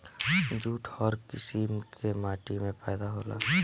jute हर किसिम के माटी में पैदा होला